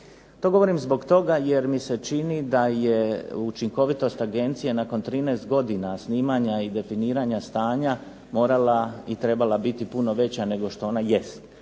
To govorim zbog toga jer mi se čini da je učinkovitost agencije nakon 13 godina snimanja i definiranja stanja morala i trebala biti puno veća nego što ona jest.